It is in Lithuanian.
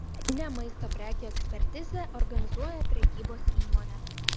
ne maisto prekių ekspertizę organizuoja prekybos įmonė